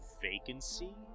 vacancy